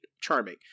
charming